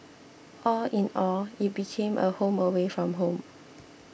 all in all it became a home away from home